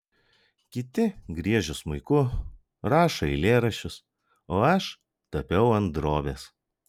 kiti griežia smuiku rašo eilėraščius o aš tapiau ant drobės